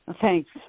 Thanks